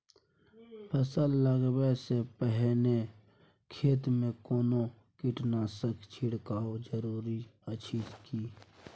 फसल लगबै से पहिने खेत मे कोनो कीटनासक छिरकाव जरूरी अछि की?